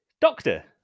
Doctor